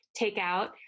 takeout